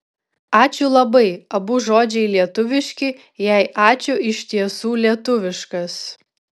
ačiū labai abu žodžiai lietuviški jei ačiū iš tiesų lietuviškas